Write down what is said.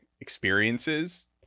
experiences